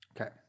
Okay